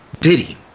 Diddy